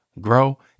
grow